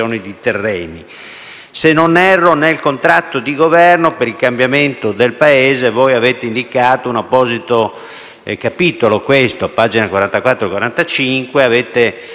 di terreni. Se non erro, nel contratto di Governo per il cambiamento del Paese, voi avete indicato un apposito capitolo, a pagina 44-45, dove avete,